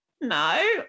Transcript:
no